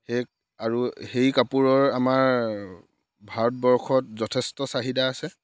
সেই আৰু সেই কাপোৰৰ আমাৰ ভাৰতবৰ্ষত যথেষ্ট চাহিদা আছে